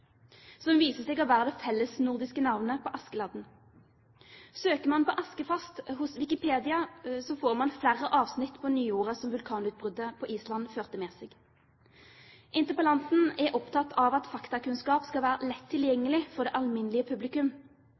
som viser seg å være det fellesnordiske navnet på Askeladden. Søker man på «askefast» hos Wikipedia, får man flere avsnitt på nyordet som vulkanutbruddet på Island førte med seg. Interpellanten er opptatt av at faktakunnskap skal være lett tilgjengelig for det alminnelige publikum.